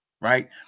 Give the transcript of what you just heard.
right